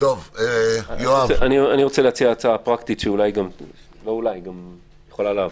אני רוצה להציע הצעה פרקטית שיכולה לעבוד.